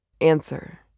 Answer